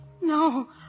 No